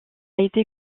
été